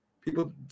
people